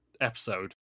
episode